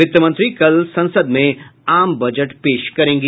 वित्त मंत्री कल संसद में आम बजट पेश करेंगी